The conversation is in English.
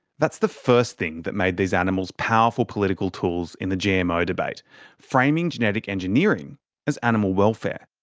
that's the first thing that made these animals powerful political tools in the gmo debate framing genetic engineering as animal welfare.